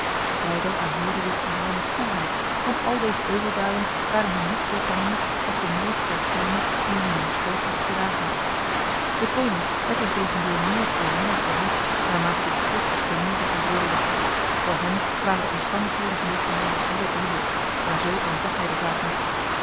breydel aanhoorde dit verhaal met koelheid want al deze euveldaden waren hem niet zo pijnlijk als de moord dergene die hem in haar schoot had gedragen deconinck werd integendeel meer en meer verwoed naarmate dit schriklijk toneel zich ontrolde voor hem waren de omstandigheden van dit verhaal zeer droevig maar zo aanzag hij de zaak niet